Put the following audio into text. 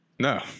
No